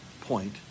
point